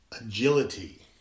agility